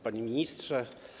Panie Ministrze!